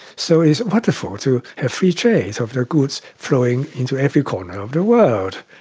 so it's wonderful to have free trade of their goods flowing into every corner of the world.